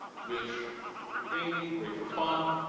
which, great for gaming, great for fun,